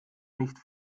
nicht